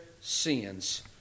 sins